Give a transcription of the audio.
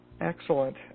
Excellent